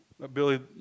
Billy